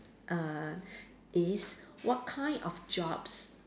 err is what kind of jobs